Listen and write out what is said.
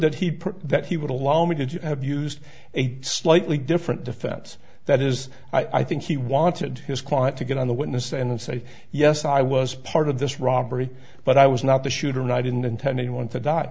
that he put that he would allow me to have used a slightly different defense that is i think he wanted his client to get on the witness stand and say yes i was part of this robbery but i was not the shooter and i didn't intend anyone to d